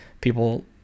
people